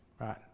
right